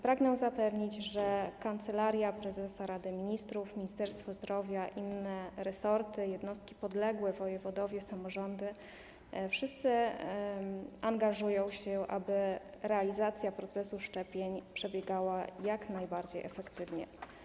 Pragnę zapewnić, że Kancelaria Prezesa Rady Ministrów, Ministerstwo Zdrowia, inne resorty, podległe jednostki, wojewodowie, samorządy, wszyscy angażują się, aby realizacja procesu szczepień przebiegała jak najbardziej efektywnie.